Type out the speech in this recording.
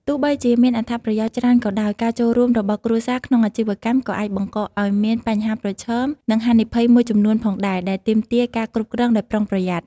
ទោះបីជាមានអត្ថប្រយោជន៍ច្រើនក៏ដោយ ការចូលរួមរបស់គ្រួសារក្នុងអាជីវកម្មក៏អាចបង្កឲ្យមានបញ្ហាប្រឈម និងហានិភ័យមួយចំនួនផងដែរ ដែលទាមទារការគ្រប់គ្រងដោយប្រុងប្រយ័ត្ន។